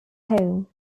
home